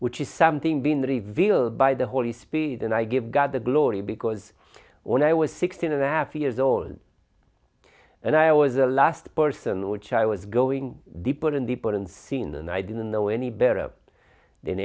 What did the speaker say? which is something being revealed by the holy spirit and i give god the glory because when i was sixteen and a half years old and i was the last person which i was going deeper and deeper and seen and i didn't know any better than